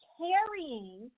carrying